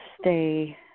stay